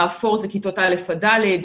האפור זה כיתות א' עד ד'.